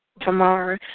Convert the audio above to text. tomorrow